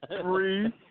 Three